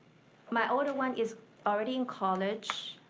my older one is already in college.